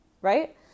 right